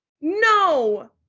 no